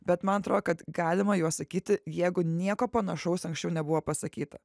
bet man atrodo kad galima juos sakyti jeigu nieko panašaus anksčiau nebuvo pasakyta